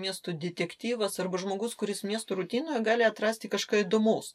miestų detektyvas arba žmogus kuris miesto rutinoje gali atrasti kažką įdomaus